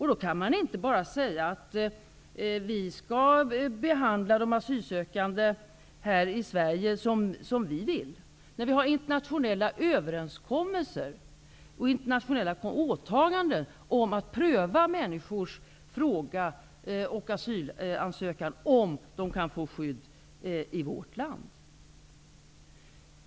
Vi kan inte bara säga att vi skall behandla de asylsökande här i Sverige som vi vill, när vi har träffat internationella överenskommelser och gjort internationella åtaganden om att pröva människors ansökningar om asyl för att få skydd i vårt land.